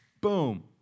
boom